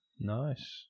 nice